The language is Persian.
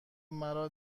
مرا